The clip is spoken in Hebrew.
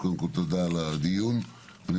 תודה על הדיון, גברתי יושבת הראש.